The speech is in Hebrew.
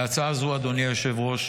להצעה זו, אדוני היושב-ראש,